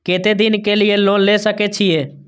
केते दिन के लिए लोन ले सके छिए?